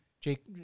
Jake